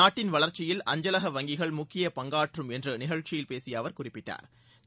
நாட்டின் வளர்ச்சியில் அஞ்சலக வங்கிகள் முக்கியப் பங்காற்றும் என்று நிகழ்ச்சியில் பேசிய அவர் குறிப்பிட்டாள்